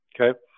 okay